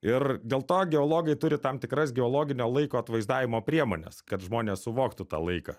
ir dėl to geologai turi tam tikras geologinio laiko atvaizdavimo priemones kad žmonės suvoktų tą laiką